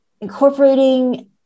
incorporating